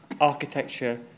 architecture